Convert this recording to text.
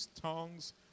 tongues